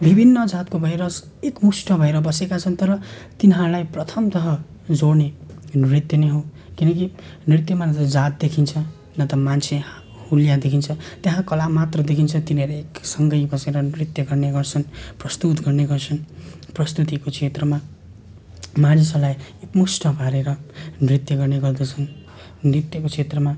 विभिन्न जातको भएर एकमुस्ट भएर बसेका छन् तर तिनीहरूलाई प्रथमतह जोड्ने नृत्य नै हो किनकि नृत्यमा जात देखिन्छ न त मान्छे हुलिया देखिन्छ त्यहाँ कला मात्र देखिन्छ तिनीहरूले एक सँगै बसेर नृत्य गर्ने गर्छन् प्रस्तुत गर्ने गर्छन् प्रस्तुतिको क्षेत्रमा मानिसहरूलाई एकमुस्ट पारेर नृत्य गर्ने गर्दछन् नृत्यको क्षेत्रमा